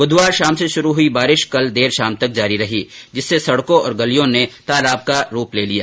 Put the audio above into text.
बुधवार शाम से शुरू हुई बारिश कल देर शाम तक जारी रही जिससे सड़कों एवं गलियों ने तालाब को रूप ले लिया